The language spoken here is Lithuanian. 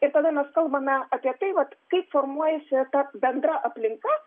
ir tada mes kalbame apie tai vat kaip formuojasi ta bendra aplinka